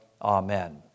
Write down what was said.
Amen